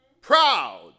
proud